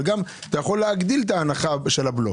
אבל גם אתה יכול להגדיל את ההנחה של הבלו.